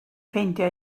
ffeindio